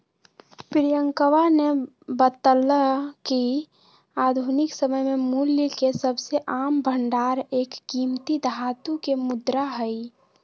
प्रियंकवा ने बतल्ल कय कि आधुनिक समय में मूल्य के सबसे आम भंडार एक कीमती धातु के मुद्रा हई